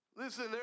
Listen